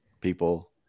people